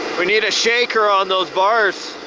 we need a shaker on those bars.